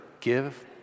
give